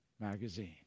magazine